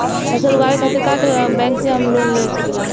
फसल उगावे खतिर का बैंक से हम लोन ले सकीला?